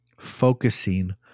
focusing